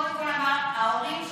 קודם כול הוא אמר: ההורים שלך,